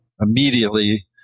immediately